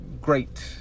great